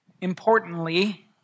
importantly